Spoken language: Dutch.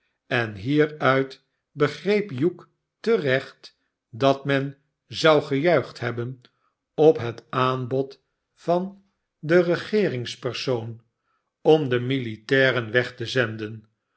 en hieruit begreep hugh te recht dat men zou gejuicht hebben op het aanbod van den regeeringspersoon om de militairen weg te zenden